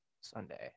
Sunday